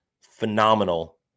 Phenomenal